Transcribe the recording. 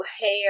hair